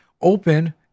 open